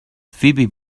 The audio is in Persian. فیبی